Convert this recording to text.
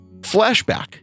Flashback